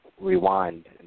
rewind